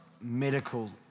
medical